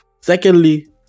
Secondly